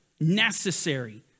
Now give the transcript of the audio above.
necessary